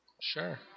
Sure